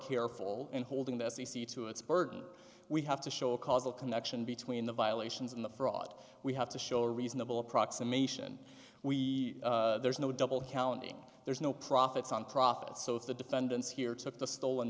careful in holding the c c to its burden we have to show a causal connection between the violations and the fraud we have to show a reasonable approximation we there's no double counting there's no profits on profit so if the defendants here took the stolen